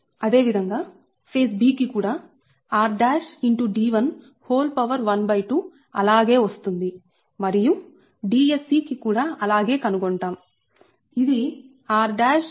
అదేవిధంగాఫేజ్ b కి కూడా rd112 అలాగే వస్తుంది మరియు Dsc కూడా అలాగే కనుగొంటాం